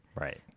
right